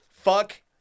Fuck